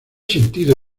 sentido